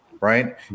right